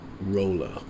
roller